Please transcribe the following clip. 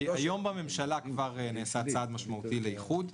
היום בממשלה כבר נעשה צעד משמעותי לאיחוד.